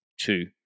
two